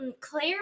claire